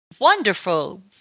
wonderful